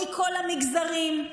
מכל המגזרים.